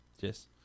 Yes